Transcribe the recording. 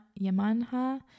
Yamanha